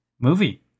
movie